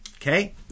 okay